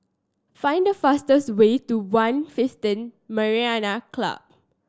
find the fastest way to One Club